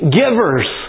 givers